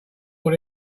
what